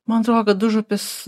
man atrodo kad užupis